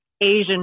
Asian